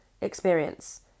experience